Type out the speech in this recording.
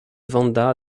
wanda